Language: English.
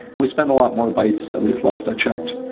we spent a lot more bites, at least last i checked,